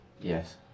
Yes